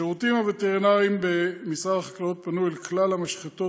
השירותים הווטרינריים פנו אל כלל המשחטות